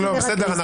בסדר,